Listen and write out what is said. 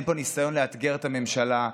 אין פה ניסיון לאתגר את הממשלה.